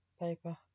paper